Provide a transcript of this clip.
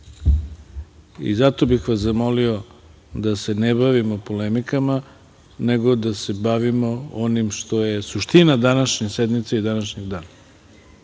temu. Zato bih vas zamolio da se ne bavimo polemikama, nego da se bavimo onim što je suština današnje sednice i današnjeg dana,